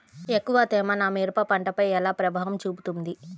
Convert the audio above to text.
ఎక్కువ తేమ నా మిరప పంటపై ఎలా ప్రభావం చూపుతుంది?